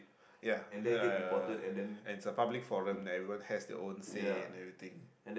ya uh and it's a public forum everyone has their own say and everything